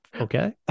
okay